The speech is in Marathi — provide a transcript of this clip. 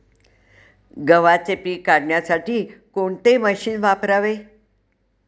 गव्हाचे पीक काढण्यासाठी कोणते मशीन वापरावे?